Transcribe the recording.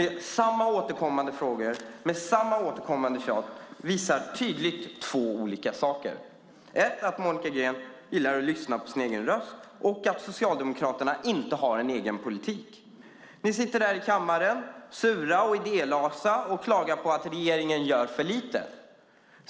innehåller samma, återkommande frågor och samma, återkommande tjat visar tydligt två olika saker: Monica Green gillar att lyssna på sin egen röst, och Socialdemokraterna har inte en egen politik. Ni sitter här i kammaren, sura och idélösa och klagar på att regeringen gör för lite.